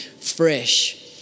fresh